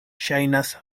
ŝajnas